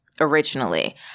originally